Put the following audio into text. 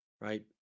Right